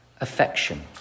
affection